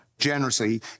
generously